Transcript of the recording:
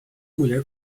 mulher